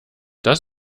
das